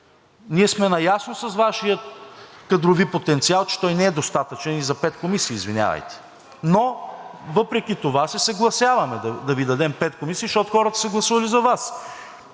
Ние сме наясно с Вашия кадрови потенциал, че той не е достатъчен и за пет комисии, извинявайте, но въпреки това се съгласяваме да Ви дадем пет комисии, защото хората са гласували за Вас.